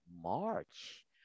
March